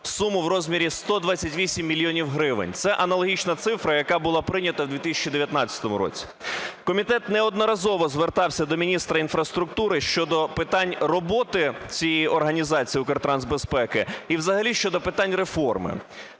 суму в розмірі 128 мільйонів гривень - це аналогічна цифра, яка була прийнята в 2019 році. Комітет неодноразово звертався до міністра інфраструктури щодо питань роботи цієї організації, Укртрансбезпеки, і взагалі щодо питань реформи.